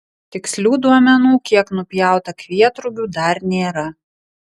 tikslių duomenų kiek nupjauta kvietrugių dar nėra